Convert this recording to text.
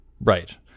right